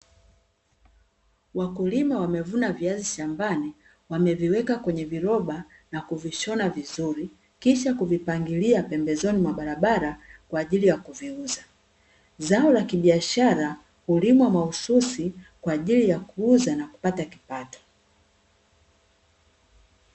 Wakulima wamevuna viazi shambani wameviweka kwenye viroba na kuvishona vizuri kisha kuvipangilia pembezoni mwa barabara kwa ajili ya kuviuza ,zao la kibiashara hulimwa mahususi kwa ajili ya kuuza na kupata kipato.